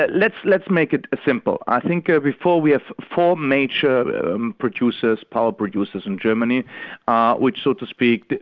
but let's let's make it simple. i think ah before we had four major um producers, power producers, in germany ah which, so to speak,